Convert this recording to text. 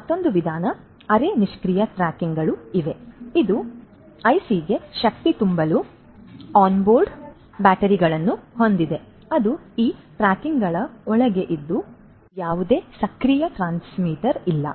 ಆದ್ದರಿಂದ ಅರೆ ನಿಷ್ಕ್ರಿಯ ಟ್ಯಾಗ್ಗಳು ಇವೆ ಅದು ಐಸಿಗೆ ಶಕ್ತಿ ತುಂಬಲು ಆನ್ಬೋರ್ಡ್ ಬ್ಯಾಟರಿಯನ್ನು ಹೊಂದಿದೆ ಅದು ಈ ಟ್ಯಾಗ್ಗಳ ಒಳಗೆ ಇದೆ ಮತ್ತು ಯಾವುದೇ ಸಕ್ರಿಯ ಟ್ರಾನ್ಸ್ಮಿಟರ್ ಇಲ್ಲ